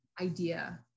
idea